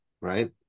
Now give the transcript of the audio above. right